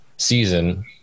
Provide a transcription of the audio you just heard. season